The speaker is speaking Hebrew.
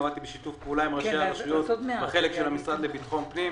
עבדתי בשיתוף פעולה עם ראשי הרשויות בחלק של המשרד לביטחון פנים,